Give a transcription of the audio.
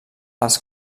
als